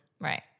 right